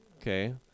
Okay